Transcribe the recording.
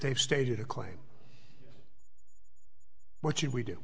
they've stated a claim what should we do